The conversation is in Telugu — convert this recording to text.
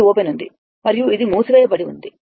ఇది ఓపెన్ ఉంది మరియు ఇది మూసివేయబడి ఉంది